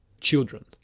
children